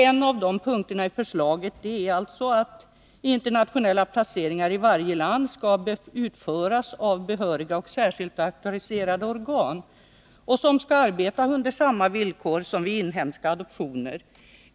En av punkterna i förslaget är att internationella placeringar i varje land skall utföras av behöriga och särskilt auktoriserade organ. Dessa skall arbeta under samma villkor som vid inhemska adoptioner.